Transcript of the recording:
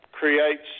Creates